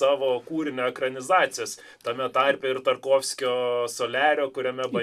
savo kūrinio ekranizacijos tame tarpe ir tarkovskio soliario kuriame buvo